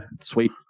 sweet